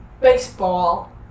baseball